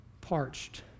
parched